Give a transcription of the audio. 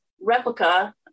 replica